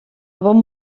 bon